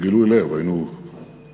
בגילוי לב, והיינו בצד,